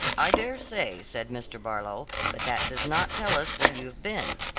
i dare say, said mr. barlow, but that does not tell us where you have been?